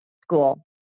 School